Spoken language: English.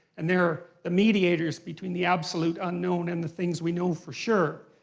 and they're the mediators between the absolute unknown and the things we know for sure.